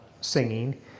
singing